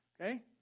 okay